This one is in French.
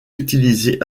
utilisé